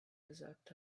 gesagt